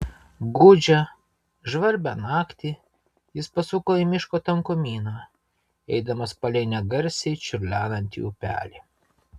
gūdžią žvarbią naktį jis pasuko į miško tankumyną eidamas palei negarsiai čiurlenantį upelį